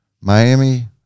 Miami